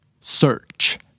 Search